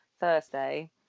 Thursday